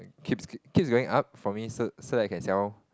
keeps keeps going up for me so so that I can sell